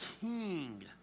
king